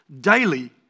Daily